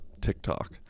TikTok